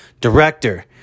director